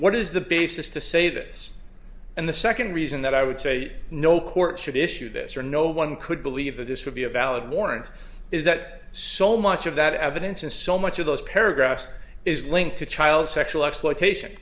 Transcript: what is the basis to say this and the second reason that i would say no court should issue this or no one could believe that this would be a valid warrant is that so much of that evidence and so much of those paragraphs is linked to child sexual exploitation